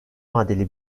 vadeli